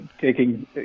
taking